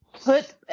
Put